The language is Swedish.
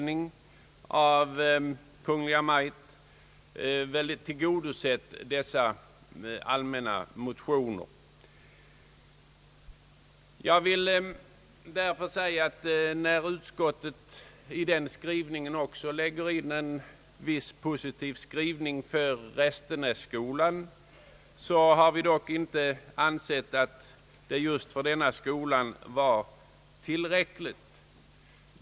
Denna skrivning får väl anses ha tillgodosett yrkandena i dessa allmänna motioner. Trots att utskottet i sin skrivning lagt in ett visst positivt uttalande för Restenässkolan, har vi dock inte ansett att detta var tillräckligt.